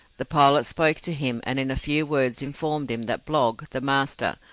the pilot spoke to him and in a few words informed him that blogg, the master,